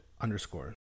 underscore